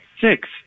six